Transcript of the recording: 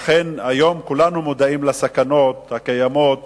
היום כולנו מודעים לסכנות הקיימות